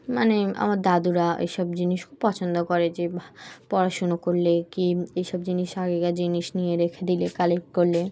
মানে আমার দাদুরা এইসব জিনিস খুব পছন্দ করে যে পড়াশুনো করলে কি এইসব জিনিস আগেকার জিনিস নিয়ে রেখে দিলে কালেক্ট করলে